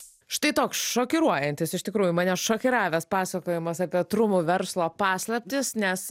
štai toks šokiruojantis iš tikrųjų mane šokiravęs pasakojimas apie trumų verslo paslaptis nes